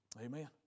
Amen